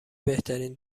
بهترین